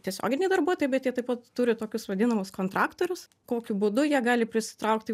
tiesioginiai darbuotojai bet jie taip pat turi tokius vadinamus kontraktorius kokiu būdu jie gali prisitraukti